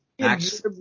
Max